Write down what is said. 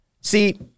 See